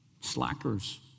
Slackers